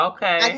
Okay